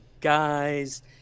guys